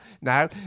now